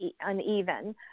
uneven